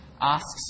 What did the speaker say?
asks